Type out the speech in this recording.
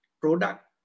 product